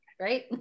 right